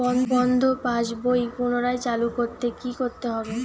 বন্ধ পাশ বই পুনরায় চালু করতে কি করতে হবে?